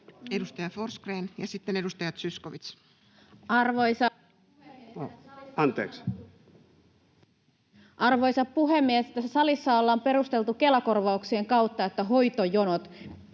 Edustaja Forsgrén ja sitten edustaja Zyskowicz. Arvoisa puhemies! Tässä salissa on perusteltu Kela-korvauksien kautta, että hoitojonot